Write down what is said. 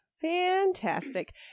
Fantastic